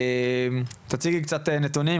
תציגי קצת נתונים,